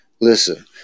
listen